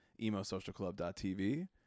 emosocialclub.tv